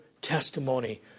testimony